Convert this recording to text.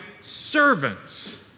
servants